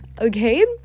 okay